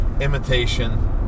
imitation